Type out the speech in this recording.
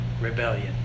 Rebellion